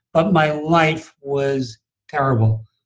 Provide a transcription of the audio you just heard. but my life was terrible.